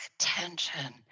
attention